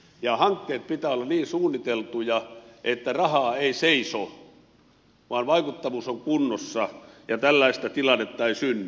hankkeiden pitää olla niin suunniteltuja että rahaa ei seiso vaan vaikuttavuus on kunnossa ja tällaista tilannetta ei synny